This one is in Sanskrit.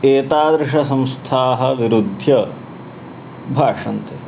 एतादृशसंस्थायाः विरुद्ध्य भाषन्ते